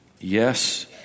Yes